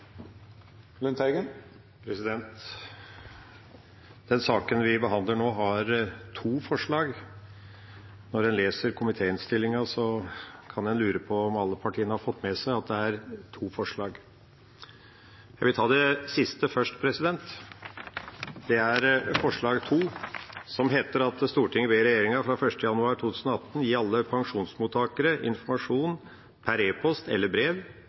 to punkter. Når en leser komitéinnstillinga, kan en lure på om alle partiene har fått med seg at det er to punkter. Vi tar det siste først, det er punkt 2, som lyder: «Stortinget ber regjeringen fra 1. januar 2018 gi alle pensjonsmottakere informasjon